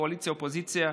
לקואליציה או לאופוזיציה.